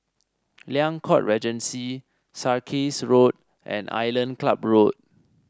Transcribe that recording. Liang Court Regency Sarkies Road and Island Club Road